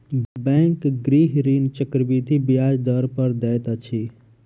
bank गृह ऋण चक्रवृद्धि ब्याज दर पर दैत अछि